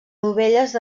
dovelles